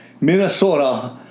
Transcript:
Minnesota